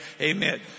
Amen